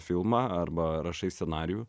filmą arba rašai scenarijų